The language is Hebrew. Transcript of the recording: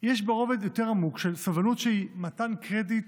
יש רובד עמוק יותר של סובלנות שהיא מתן קרדיט